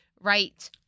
right